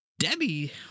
Debbie